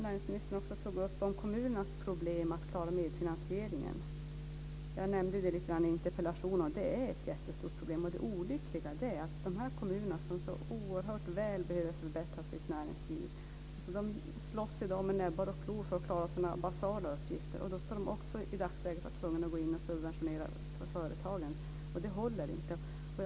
Näringsministern tog upp att kommunerna har problem att klara medfinansieringen. Jag nämnde lite grann i interpellationen att det är ett jättestort problem. Det olyckliga är att de här kommunerna, som så oerhört väl behöver förbättra sitt näringsliv, i dag slåss med näbbar och klor för att klara sina basala uppgifter. I dagsläget ska de också vara tvungna att subventionera företagen. Det håller inte.